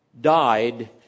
died